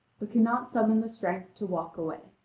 but cannot summon the strength to walk away,